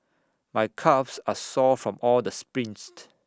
my calves are sore from all the sprints